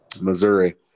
Missouri